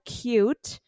cute